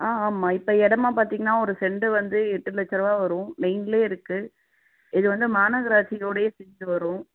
ஆ ஆமாம் இப்போ இடமா பார்த்திங்கன்னா ஒரு சென்ட்டு வந்து எட்டு லட்சரூவா வரும் மெயின்ல இருக்கு இது வந்து மாநகராட்சினோடைய சென்ட்டு வரும்